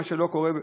מה שלא קורה.